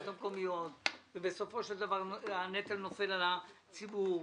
המקומיות ובסופו של דבר הנטל נופל על הציבור.